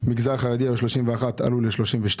מן המגזר החרדי היו 31 והם עלו ל-32,